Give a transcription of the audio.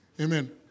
Amen